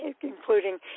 including